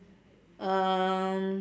um